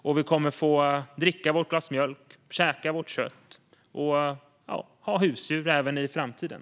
Vi kommer att kunna dricka ett glas mjölk och käka vårt kött. Vi kommer att kunna ha husdjur även i framtiden.